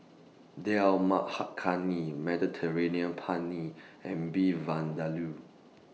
Dal Makhani Mediterranean Penne and Beef Vindaloo